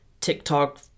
TikTok